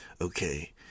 okay